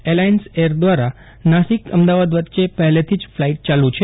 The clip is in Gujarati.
એલાઇન્સ એર દ્વારા નાસિક અમદાવાદ વચ્ચે પહેલેથી જ ફલાઈટ ચાલુ છે